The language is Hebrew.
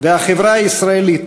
בקרקע המציאות והחברה הישראלית,